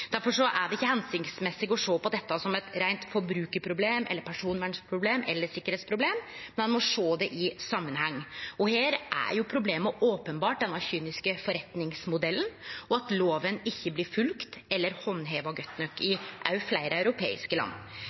er det ikkje hensiktsmessig å sjå på dette som eit reint forbrukarproblem, personvernproblem eller sikkerheitsproblem – me må sjå det i samanheng. Her er problemet openbert denne kyniske forretningsmodellen, og at loven ikkje blir følgd eller handheva godt nok i fleire europeiske land.